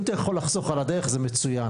אם אתה יכול לחסוך על הדרך זה מצוין,